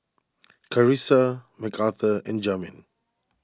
Carissa Mcarthur and Jamin